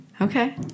Okay